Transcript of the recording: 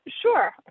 Sure